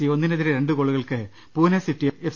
C ഒന്നിനെതിരെ രണ്ട് ഗോളുകൾക്ക് പൂനെ സിറ്റി എഫ്